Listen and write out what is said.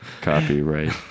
Copyright